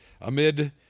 amid